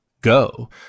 go